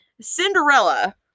cinderella